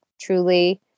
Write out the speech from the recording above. truly